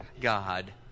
God